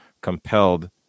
compelled